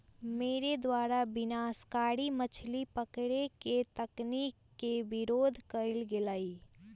मेरे द्वारा विनाशकारी मछली पकड़े के तकनीक के विरोध कइल गेलय